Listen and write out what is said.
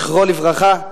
זכרו לברכה,